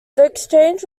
exchange